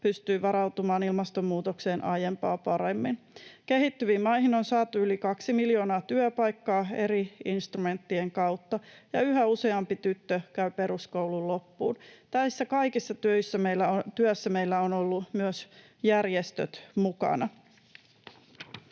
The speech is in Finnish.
pystyy varautumaan ilmastonmuutokseen aiempaa paremmin. Kehittyviin maihin on saatu yli kaksi miljoonaa työpaikkaa eri instrumenttien kautta, ja yhä useampi tyttö käy peruskoulun loppuun. Tässä kaikessa työssä meillä ovat olleet myös järjestöt mukana.